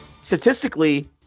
Statistically